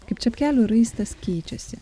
kaip čepkelių raistas keičiasi